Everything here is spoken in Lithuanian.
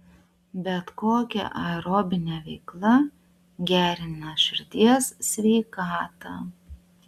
bet kokia aerobinė veikla gerina širdies sveikatą